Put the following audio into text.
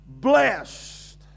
Blessed